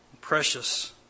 Precious